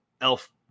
elf